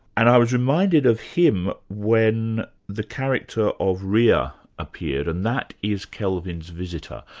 and i was reminded of him when the character of rheya appeared, and that is kelvin's visitor.